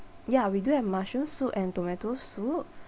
ya we do have mushroom soup and tomato soup